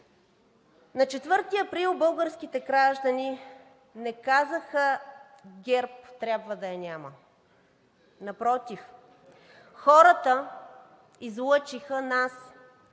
На 4 април българските граждани не казаха, че ГЕРБ трябва да я няма. Напротив, хората излъчиха нас – силно